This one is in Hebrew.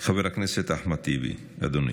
חבר הכנסת אחמד טיבי, אדוני.